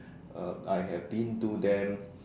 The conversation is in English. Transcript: uh I have been to them